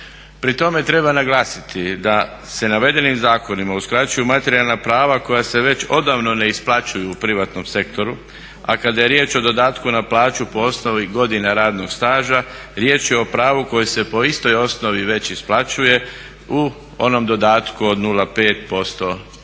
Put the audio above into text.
Pri tome treba naglasiti da se navedenim zakonima uskraćuju materijalna prava koja se već odavno ne isplaćuju u privatnom sektoru a kada je riječ o dodatku na plaću po osnovi godina radnog staža riječ je o pravu koje se po istoj osnovi već isplaćuje u onom dodatku od 0,5% po godini